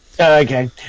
Okay